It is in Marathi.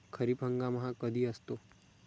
खरीप हंगाम हा कधी असतो?